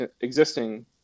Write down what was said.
existing